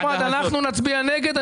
אחמד, אנחנו נצביע נגד.